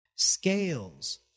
Scales